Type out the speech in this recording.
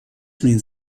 means